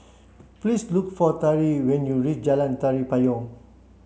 please look for Tari when you reach Jalan Tari Payong